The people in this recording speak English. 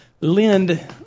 lend